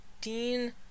Dean